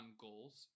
goals